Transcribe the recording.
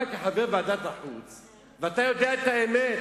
אתה כחבר ועדת החוץ והביטחון, אתה יודע את האמת,